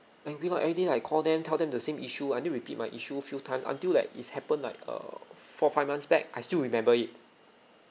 angry lor everyday I call them tell them the same issue I need to repeat my issue few time until like is happened like err four five months back I still remember it